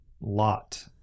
lot